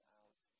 out